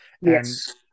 Yes